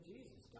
Jesus